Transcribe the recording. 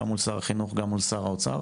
גם מול שר החינוך וגם מול שר האוצר.